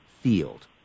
field